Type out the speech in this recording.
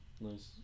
Nice